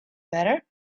better